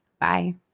Bye